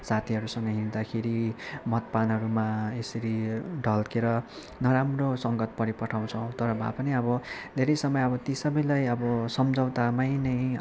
साथीहरूसँग हिँड्दाखेरि मदपानहरूमा यसरी ढल्केर नराम्रो सङ्गत परिपठाउछौँ तर भए पनि अब धेरै समय अब ती सबैलाई अब सम्झौतामै नै